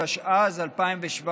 התשע"ז 2017,